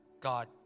God